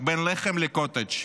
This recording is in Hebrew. בין לחם לקוטג'.